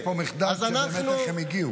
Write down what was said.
יש פה מחדל, באמת איך הם הגיעו.